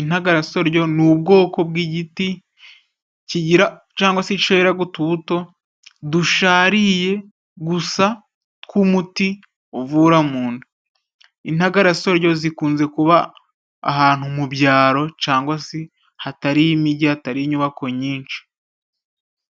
intagarasoryo ni ubwoko bw'igiti kigira cangwa se ceraga utubuto dushariye gusa tw'umuti uvura mu nda, intagarasoryo zikunze kuba ahantu mu byaro cangwa si hatari imigi hatari inyubako nyinshi.